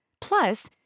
Plus